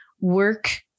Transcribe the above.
work